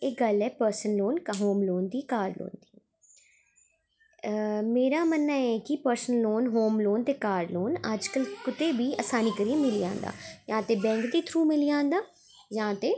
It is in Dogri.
एह् गल्ल ऐ पर्सन लोन होम लोेन दी घर लोन दी मेरा मननां ऐ कि पर्सन लोन होम लोन ते कार लोन अज्ज कल कुते बी आसानी कन्नैं मिली जंदा जां ते बैंक दे थ्रू मिली जांदा जां ते